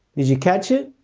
did you catch it?